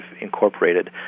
incorporated